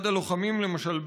אחד הלוחמים למשל,